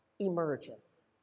emerges